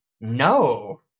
No